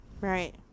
Right